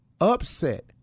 upset